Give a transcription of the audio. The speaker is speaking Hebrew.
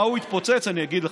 מה הוא התפוצץ אני אגיד לך,